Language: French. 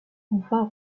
enfin